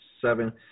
seven